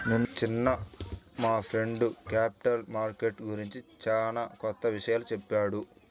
నిన్న మా friend capital market గురించి చానా కొత్త విషయాలు చెప్పాడు